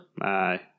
Aye